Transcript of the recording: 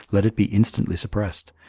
let it be instantly suppressed,